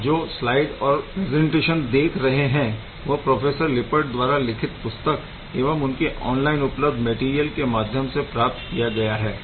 आप जो स्लाइड और प्रेज़ैन्टेशन देख रहें है वह प्रोफेसर लिप्पर्ड द्वारा लिखित पुस्तक एवं इनके ऑन लाइन उपलब्ध मैटीरियल के माध्यम से प्राप्त किया गया है